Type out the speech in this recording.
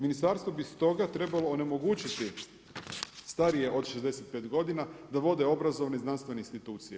Ministarstvo bi stoga trebalo onemogućiti starije od 65 godina, da vode obrazovane i znanstvene institucije.